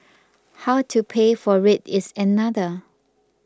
how to pay for it is another